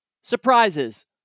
surprises